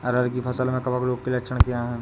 अरहर की फसल में कवक रोग के लक्षण क्या है?